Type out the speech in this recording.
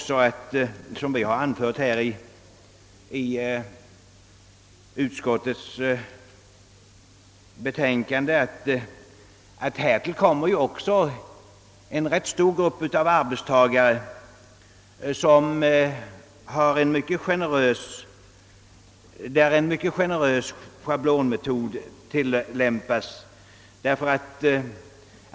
Som vi har anfört i utskottets betänkande kommer härtill att för en rätt stor grupp arbetstagare en mycket generös schablonmetod tillämpas.